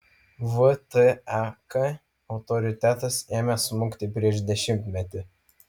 vtek autoritetas ėmė smukti prieš dešimtmetį